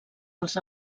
als